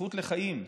הזכות לחיים,